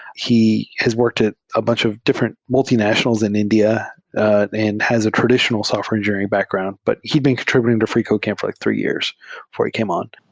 he has worked at a bunch of different multinationals in india and has a traditional software engineering background, but he'd been contr ibuting to freecodecamp for like three years before he came on.